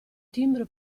timbro